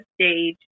stage